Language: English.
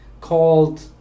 called